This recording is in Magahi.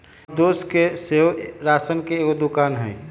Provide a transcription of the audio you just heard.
हमर दोस के सेहो राशन के एगो दोकान हइ